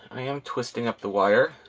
i am twisting up the wire.